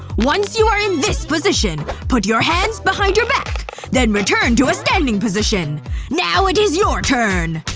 once you are in this position, put your hands behind your back then return to a standing position now it is your turn